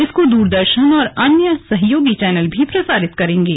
इसको दूरदर्शन और अन्य सहयोगी चैनल भी प्रसारित करेंगे